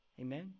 Amen